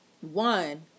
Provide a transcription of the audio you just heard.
one